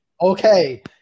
Okay